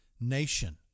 nation